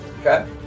Okay